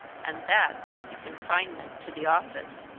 and that was the confinement to the office.